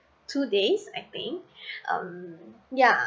two days I think um yeah